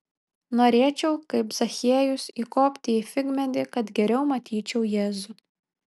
norėčiau kaip zachiejus įkopti į figmedį kad geriau matyčiau jėzų